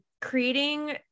creating